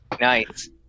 Nice